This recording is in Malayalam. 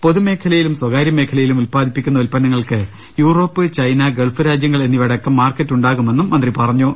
പൊതു മേഖലയിലും സ്വകാര്യ മേഖലയിലും ഉല്പാദിപ്പിക്കുന്ന ഉൽപ്പന്നങ്ങൾക്ക് യൂറോപ്പ് ചൈന ഗൾഫ് രാജ്യങ്ങൾ എ ന്നിവയടക്കം മാർക്കറ്റ് ഉണ്ടാകുമെന്നും മന്ത്രി പറഞ്ഞു